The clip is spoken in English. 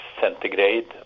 centigrade